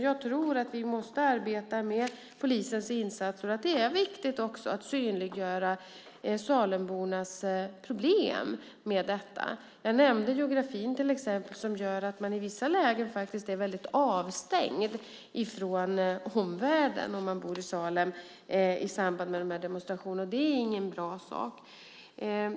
Jag tror att vi måste jobba med polisens insatser och att det också är viktigt att synliggöra Salembornas problem med det här. Jag nämnde geografin till exempel, som gör att man i vissa lägen är väldigt avstängd från omvärlden i samband med demonstrationerna om man bor i Salem. Det är inte bra.